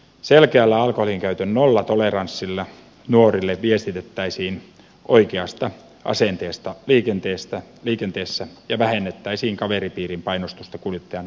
selkeällä alkoholin käytön nollatoleranssilla nuorille viestitettäisiin oikeasta asenteesta liikenteessä ja vähennettäisiin kaveripiirin painostusta kuljettajan alkoholin käyttöön